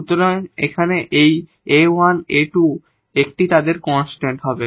সুতরাং এই 𝑎1 𝑎2 একটি তাদের কনস্ট্যান্ট হবে